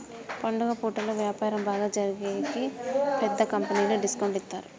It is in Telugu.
పండుగ పూటలలో వ్యాపారం బాగా జరిగేకి పెద్ద కంపెనీలు డిస్కౌంట్ ఇత్తారు